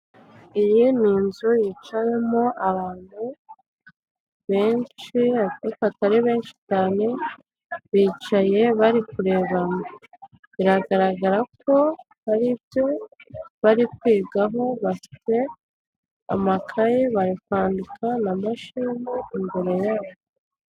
Iyi ni inzu yicayemo abantu benshi ariko atari benshi cyane, bicaye bari kureba biragaragara ko hari ibyo bari kwigaho bafite amakayi bari kwandika na mashini imbere yabo.